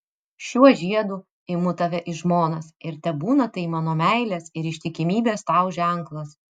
šiuo žiedu imu tave į žmonas ir tebūna tai mano meilės ir ištikimybės tau ženklas